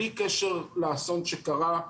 בלי קשר לאסון שקרה.